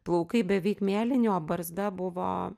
plaukai beveik mėlyni o barzda buvo